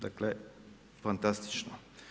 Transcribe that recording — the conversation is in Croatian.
Dakle, fantastično.